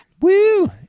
Woo